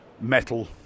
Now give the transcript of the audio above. metal